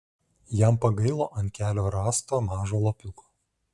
jam pagailo ant kelio rasto mažo lapiuko